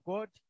God